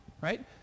Right